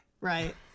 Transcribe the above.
Right